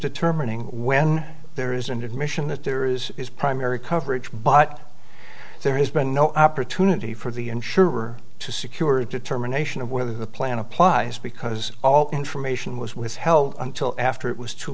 determining when there is an admission that there is a primary coverage but there has been no opportunity for the insurer to secure a determination of whether the plan applies because all information was withheld until after it was too